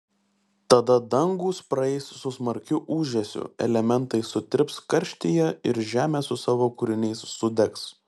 tada dangūs praeis su smarkiu ūžesiu elementai sutirps karštyje ir žemė su savo kūriniais sudegs